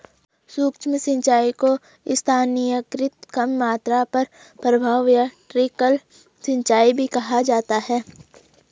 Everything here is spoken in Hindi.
सूक्ष्म सिंचाई को स्थानीयकृत कम मात्रा कम प्रवाह या ट्रिकल सिंचाई भी कहा जाता है